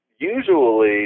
usually